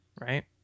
right